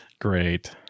Great